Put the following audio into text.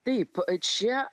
taip čia